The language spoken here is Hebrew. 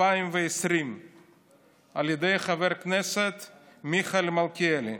2020 על ידי חבר הכנסת מיכאל מלכיאלי.